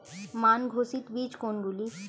মান ঘোষিত বীজ কোনগুলি?